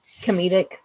comedic